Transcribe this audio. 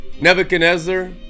Nebuchadnezzar